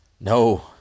No